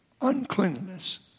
uncleanliness